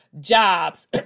jobs